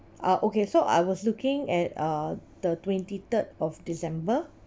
ah okay so I was looking at uh the twenty third of december